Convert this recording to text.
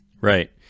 Right